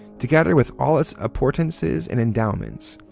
together with all its appurtenances and endowments,